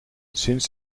sinds